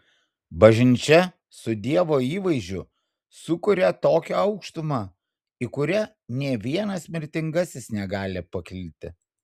bažnyčia su dievo įvaizdžiu sukuria tokią aukštumą į kurią nė vienas mirtingasis negali pakilti